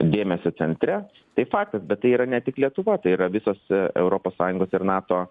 dėmesio centre tai faktas bet tai yra ne tik lietuva tai yra visos europos sąjungos ir nato